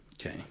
Okay